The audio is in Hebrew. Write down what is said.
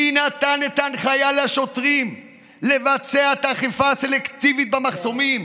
מי נתן את ההנחיה לשוטרים לבצע אכיפה סלקטיבית במחסומים